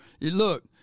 Look